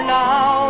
now